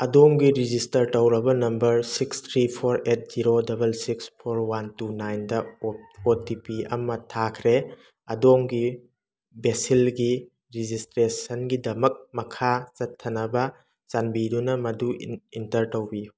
ꯑꯗꯣꯝꯒꯤ ꯔꯤꯖꯤꯁꯇꯔ ꯇꯧꯔꯕ number six three four eight zero double six four one two nine ꯗ O T P ꯑꯃ ꯊꯥꯈ꯭ꯔꯦ ꯑꯗꯣꯝꯒꯤ ꯕꯦꯁꯤꯜꯒꯤ ꯔꯤꯖꯤꯁꯇ꯭ꯔꯦꯁꯟꯒꯤꯗꯃꯛ ꯃꯈꯥ ꯆꯠꯊꯅꯕ ꯆꯥꯟꯕꯤꯗꯨꯅ ꯃꯗꯨ ꯏꯟꯇꯔ ꯇꯧꯕꯤꯌꯨ